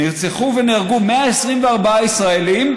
נרצחו ונהרגו 124 ישראלים,